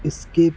skip